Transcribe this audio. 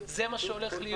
זה מה שהולך להיות.